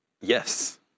yes